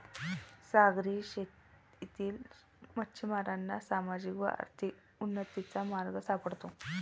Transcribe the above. सागरी शेतीतील मच्छिमारांना सामाजिक व आर्थिक उन्नतीचा मार्ग सापडतो